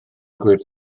gwyrdd